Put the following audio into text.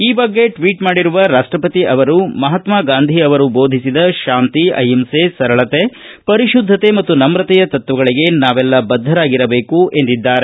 ಈ ಬಗ್ಗೆ ಟ್ವೀಟ್ ಮಾಡಿರುವ ರಾಷ್ಷಪತಿ ಅವರು ಮಹಾತ್ನಾ ಗಾಂಧಿ ಅವರು ಬೋಧಿಸಿದ ಶಾಂತಿ ಅಹಿಂಸೆ ಸರಳತೆ ಪರಿಶುದ್ದತೆ ಮತ್ತು ನವುತೆಯ ತತ್ತಗಳಿಗೆ ನಾವೆಲ್ಲ ಬದ್ಗರಾಗಿರಬೇಕು ಎಂದಿದ್ದಾರೆ